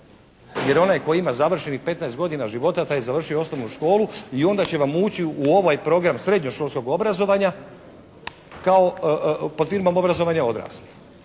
Jer onaj tko ima završenih 15 godina života taj je završio osnovnu školu i onda će vam ući u ovaj program srednjoškolskog obrazovanja kao, pod firmom obrazovanje odraslih.